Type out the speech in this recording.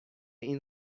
این